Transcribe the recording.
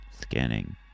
scanning